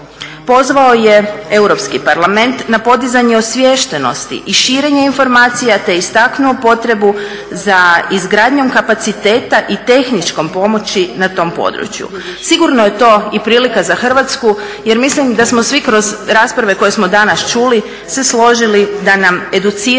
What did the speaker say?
Pozvao je Europski parlament na podizanje osviještenosti i širenje informacija, te istaknuo potrebu za izgradnjom kapaciteta i tehničkom pomoći na tom području. Sigurno je to i prilika za Hrvatsku, jer mislim da smo svi kroz rasprave koje smo danas čuli se složili da nam educiranost